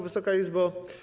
Wysoka Izbo!